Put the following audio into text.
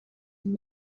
and